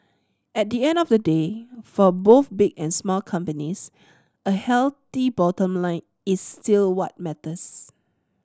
at the end of the day for both big and small companies a healthy bottom line is still what matters